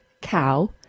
cow